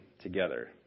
together